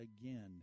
again